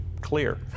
clear